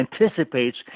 anticipates